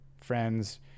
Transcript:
friends